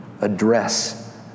address